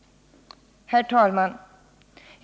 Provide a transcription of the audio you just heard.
Herr talman!